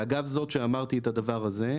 ואגב זאת שאמרתי את הדבר הזה,